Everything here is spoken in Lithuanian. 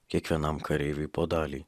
kiekvienam kareiviui po dalį